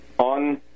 on